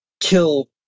kill